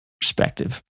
Perspective